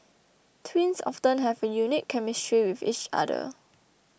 twins often have a unique chemistry with each other